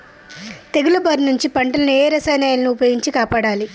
తెగుళ్ల బారి నుంచి పంటలను ఏ రసాయనాలను ఉపయోగించి కాపాడాలి?